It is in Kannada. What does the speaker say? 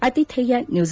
ಅತಿಥೇಯ ನ್ಯೂಜ